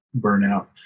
burnout